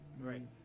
Right